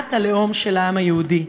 מדינת הלאום של העם היהודי.